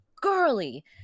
girly